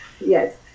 yes